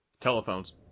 Telephones